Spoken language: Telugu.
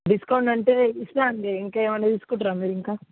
డిస్కౌంట్ అంటే ఇస్తన్నా అండి ఇంకేమన్నా తీసుకుంటురా మీరు ఇంకా